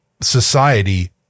society